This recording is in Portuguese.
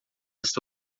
esta